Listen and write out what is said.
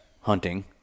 hunting